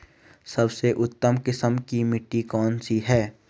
सबसे उत्तम किस्म की मिट्टी कौन सी है?